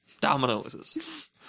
dominoes